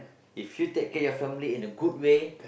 if you take care your family in a good way